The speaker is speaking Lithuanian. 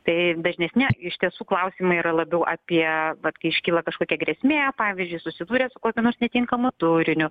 tai dažnesni iš tiesų klausimai yra labiau apie vat kai iškyla kažkokia grėsmė pavyzdžiui susidūrė su kokiu nors netinkamu turiniu